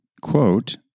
quote